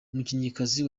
umukinnyikazi